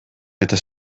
eta